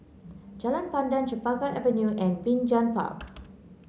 Jalan Pandan Chempaka Avenue and Binjai Park